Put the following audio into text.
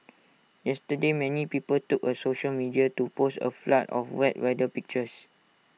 yesterday many people took to social media to post A flood of wet weather pictures